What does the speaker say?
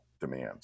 demands